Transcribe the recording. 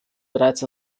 bereits